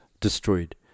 destroyed